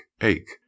ache